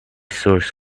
source